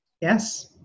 Yes